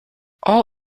all